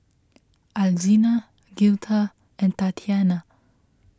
Alzina Girtha and Tatiana